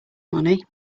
money